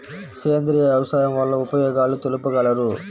సేంద్రియ వ్యవసాయం వల్ల ఉపయోగాలు తెలుపగలరు?